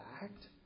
fact